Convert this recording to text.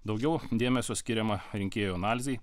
daugiau dėmesio skiriama rinkėjų analizei